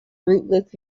rootless